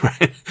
right